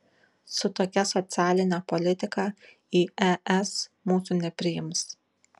su tokia socialine politika į es mūsų nepriims